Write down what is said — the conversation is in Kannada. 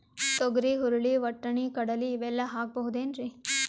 ತೊಗರಿ, ಹುರಳಿ, ವಟ್ಟಣಿ, ಕಡಲಿ ಇವೆಲ್ಲಾ ಹಾಕಬಹುದೇನ್ರಿ?